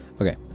Okay